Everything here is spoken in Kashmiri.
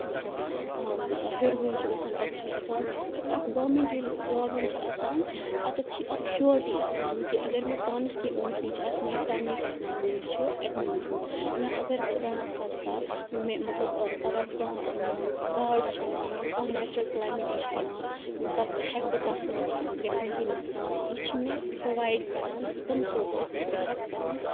مطلب کانہہ ہیٚور بۄن چھُ گژھان پتہٕ چھِ ہیٚکان اکھ گورمینٹ ییٚلہِ جاب ییٚلہِ چھِ آسان اتٮ۪تھ چھِ اکھ شورٹی آسان کہِ اگر مےٚ پانَس کینہہ اوٗنچ نیٖچ آسہِ میانہِ فیملی پَکناوَن وٲلۍ چھِ اَتہِ موٗجوٗد یا اگر خدا نہ خاصتہ مےٚ مطلب پگہہ کانہہ باڑ چھِ یِوان یا کانہہ نیچرل کٕلیمٹی چھِ یِوان پتہٕ ہیٚکہٕ بہٕ تتھ منٛز گژھِ مےٚ کینٛہہ نۄقصان یہِ چھِ مےٚ پرووایڈ کران تم سورسِز کہِ بہٕ ہیٚکہٕ پَنُن